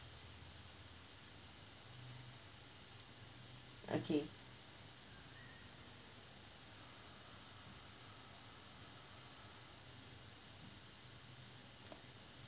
okay